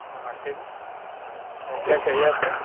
नमस्ते जी अरे क्या चाहिए आपको